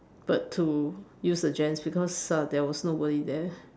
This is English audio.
but to use the gents because uh there was nobody there